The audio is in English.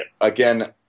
again